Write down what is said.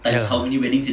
ya